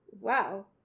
Wow